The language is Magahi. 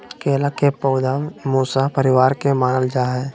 केला के पौधा मूसा परिवार के मानल जा हई